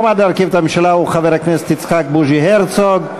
המועמד להרכיב את הממשלה הוא חבר הכנסת יצחק בוז'י הרצוג.